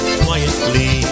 quietly